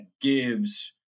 gives